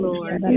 Lord